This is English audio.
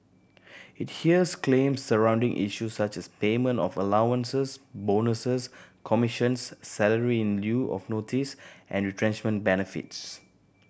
it hears claims surrounding issues such as payment of allowances bonuses commissions salary in lieu of notice and retrenchment benefits